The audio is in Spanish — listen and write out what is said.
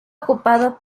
ocupado